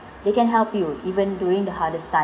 they can help you even during the hardest time